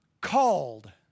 called